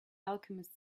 alchemist